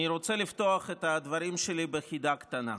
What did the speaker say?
אני רוצה לפתוח את הדברים שלי בחידה קטנה.